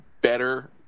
better